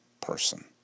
person